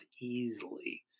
easily